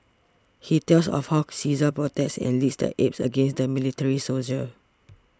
he tells of how Caesar protects and leads the apes against the military soldiers